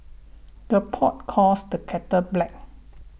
the pot calls the kettle black